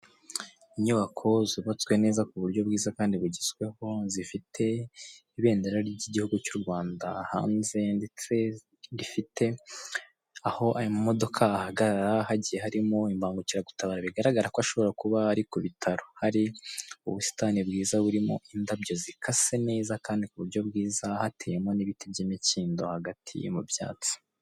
Inyubako zubatswe neza kuburyo bwiza kandi bugezweho, zifite ibendera ry'igihugu cy'u Rwansda hanze, ndetse gifite aho aya mamodoka ahagarara, hagiye harimo imbangukiragutabara, bigaragara ko ashobora kuba ari kubitaro. Hari ubusitani bwiza burimo indabyo zikase neza kandi ku buryo bwiza, hateyemo n'ibiti by'imikindo, hagati yo mu byatsi.